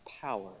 power